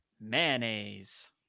mayonnaise